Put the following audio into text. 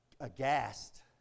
aghast